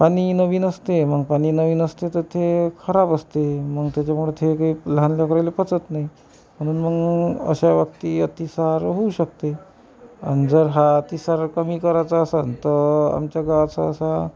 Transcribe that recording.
पाणी नवीन असते मग पाणी नवीन असते तर ते खराब असते मग त्याच्यामुळं ते काही लहान लेकराला पचत नाही म्हणून मग अशा बाबतीत अतिसार होऊ शकते आणि जर हा अतिसार कमी करायचा असंल तर आमच्या गावाचा असा